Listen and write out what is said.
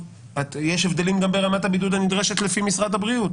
יש הבדלים גם ברמת הבידוד הנדרשת לפי משרד הבריאות.